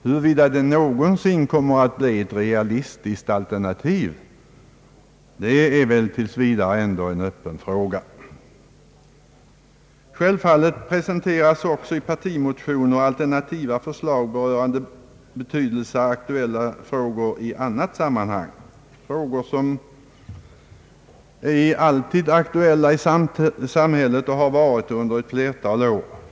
Huruvida detta förslag någonsin kommer att bli ett realistiskt alternativ är väl tills vidare ändå en öppen fråga. Självfallet presenteras också i partimotioner alternativa förslag rörande betydelsefulla aktuella frågor i annat sammanhang — frågor som alltid är aktuella i samhället och har varit det under ett flertal år.